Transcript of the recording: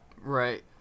Right